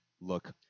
look